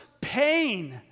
pain